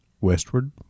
westward